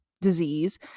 disease